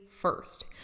first